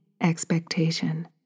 expectation